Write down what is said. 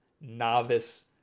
novice